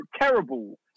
terrible